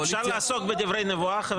האם כוונתך שליברמן אנטישמי?